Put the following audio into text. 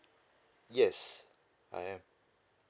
yes I am